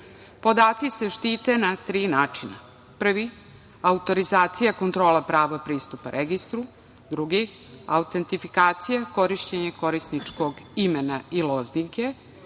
se štite na tri načina. Prvi – autorizacija, kontrola prava pristupa registru; drugi – autentifikacija, korišćenje korisničkog imena i lozinke